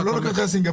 הוא לא לוקח אותך לשם.